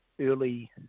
early